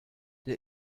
der